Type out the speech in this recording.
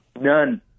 None